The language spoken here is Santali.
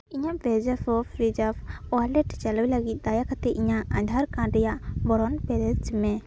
ᱤᱧᱟᱹᱜ ᱯᱮᱡᱟᱯᱚ ᱯᱮᱡᱟᱯ ᱳᱣᱟᱞᱮᱴ ᱪᱟᱹᱞᱩᱭ ᱞᱟᱹᱜᱤᱫ ᱛᱮ ᱫᱟᱭᱟ ᱠᱟᱛᱮᱜ ᱤᱧᱟᱹᱜ ᱟᱫᱷᱟᱨ ᱠᱟᱨᱰ ᱨᱮᱭᱟᱜ ᱵᱚᱨᱚᱱ ᱯᱮᱨᱮᱡᱽ ᱢᱮ